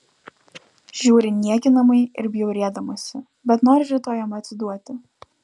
žiūri niekinamai ir bjaurėdamasi bet nori rytoj jam atsiduoti